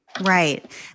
Right